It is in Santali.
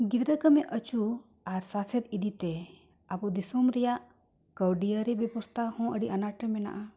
ᱜᱤᱫᱽᱨᱟᱹ ᱠᱟᱹᱢᱤ ᱟᱹᱪᱩ ᱟᱨ ᱥᱟᱥᱮᱛ ᱤᱫᱤᱛᱮ ᱟᱵᱚ ᱫᱤᱥᱚᱢ ᱨᱮᱱᱟᱜ ᱠᱟᱣᱰᱤᱭᱟᱹᱨᱤ ᱵᱮᱵᱚᱥᱛᱷᱟ ᱦᱚᱸ ᱟᱹᱰᱤ ᱟᱱᱟᱴ ᱨᱮ ᱢᱮᱱᱟᱜᱼᱟ